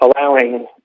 allowing